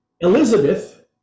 Elizabeth